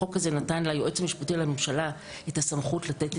החוק הזה נתן ליועץ המשפטי לממשלה את הסמכות לתת את